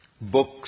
Books